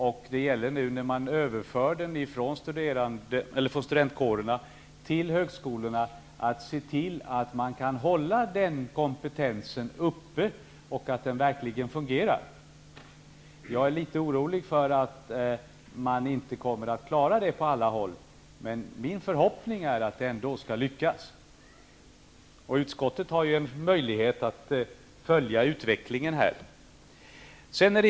När den nu överförs från studentkårerna till högskolorna, gäller det att se till att man kan hålla den kompetensen uppe och att studerandehälsovården verkligen fungerar. Jag är litet orolig över att man inte kommer att klara det på alla håll. Men min förhoppning är att det ändå skall lyckas. Utskottet har ju möjlighet att följa utvecklingen.